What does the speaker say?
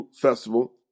Festival